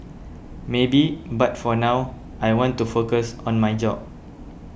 maybe but for now I want to focus on my job